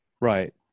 Right